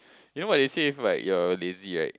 you know what they say like if you're lazy right